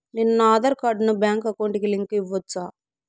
నేను నా ఆధార్ కార్డును బ్యాంకు అకౌంట్ కి లింకు ఇవ్వొచ్చా?